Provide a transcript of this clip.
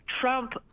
trump